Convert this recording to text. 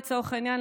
לצורך העניין,